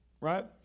right